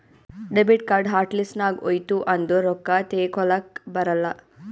debit card hot list ನಾಗ್ ಹೋಯ್ತು ಅಂದುರ್ ರೊಕ್ಕಾ ತೇಕೊಲಕ್ ಬರಲ್ಲ